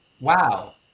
wow